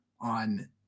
on